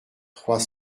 trois